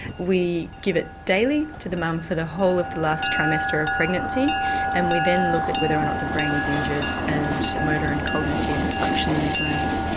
we give it daily to the mum for the whole of the last trimester of pregnancy and we then look at whether or not the brain is injured and motor and cognitive function in these lambs.